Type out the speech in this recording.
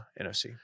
NFC